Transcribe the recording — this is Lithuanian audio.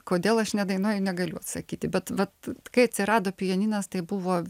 kodėl aš nedainuoju negaliu atsakyti bet vat kai atsirado pianinas tai buvo